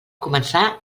començar